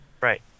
right